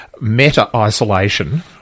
meta-isolation